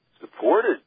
supported